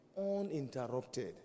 uninterrupted